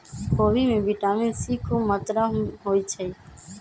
खोबि में vitamin C खूब मत्रा होइ छइ